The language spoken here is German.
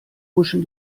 huschen